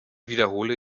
wiederhole